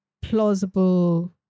plausible